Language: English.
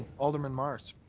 alderman mar,